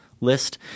list